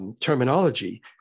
Terminology